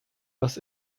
was